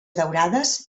daurades